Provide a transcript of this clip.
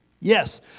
Yes